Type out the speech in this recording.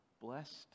Blessed